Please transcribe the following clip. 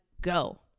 go